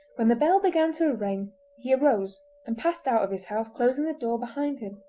when the bell began to ring he arose and passed out of his house, closing the door behind him.